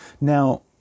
Now